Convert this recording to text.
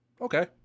okay